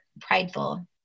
prideful